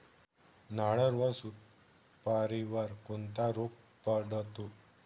नारळ व सुपारीवर कोणता रोग पडतो?